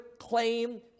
claim